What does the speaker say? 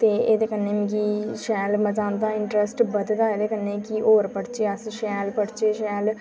ते एह्दे कन्नै मिगी शैल मजा औंदा इंटरैस्ट बधदा ऐ एह्दे कन्नै कि होर पढ़चे अस शैल पढ़चै शैल